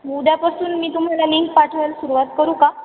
उद्यापासून मी तुम्हाला लिंक पाठवायला सुरुवात करू का